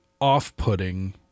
off-putting